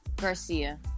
Garcia